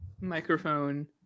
microphone